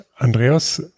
Andreas